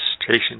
station